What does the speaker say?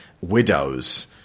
Widows